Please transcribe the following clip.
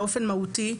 באופן מהותי,